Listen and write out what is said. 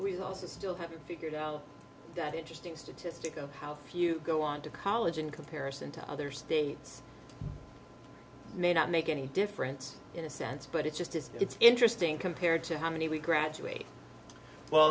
we also still haven't figured out that interesting statistic of how few go on to college in comparison to other states may not make any difference in a sense but it's just it's it's interesting compared to how many we graduate well